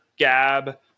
gab